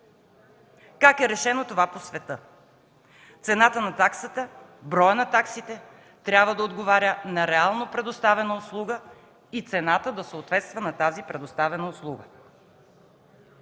Как е решено това по света? Цената на таксата, броят на таксите трябва да отговарят на реално предоставена услуга и цената да съответства на тази предоставена услуга.